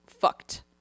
fucked